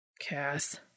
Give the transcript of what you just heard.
Cass